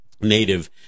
Native